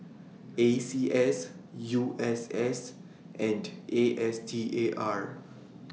A C S U S S and A S T A R